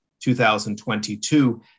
2022